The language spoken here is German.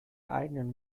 eigenen